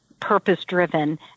purpose-driven